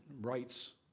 rights